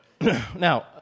Now